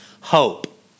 Hope